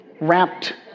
wrapped